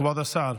כבוד השר,